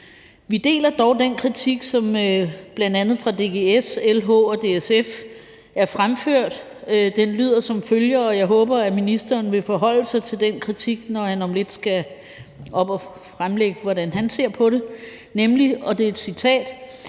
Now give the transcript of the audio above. Vi deler dog den kritik, som bl.a. af DGS, LH og DSF er fremført. Den lyder som følger – og jeg håber, at ministeren vil forholde sig til den kritik, når han om lidt skal op at fremlægge, hvordan han ser på det: Forslaget vil stille